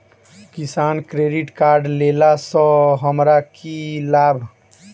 किसान credit card लेला सऽ हमरा की लाभ?